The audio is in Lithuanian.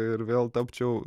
ir vėl tapčiau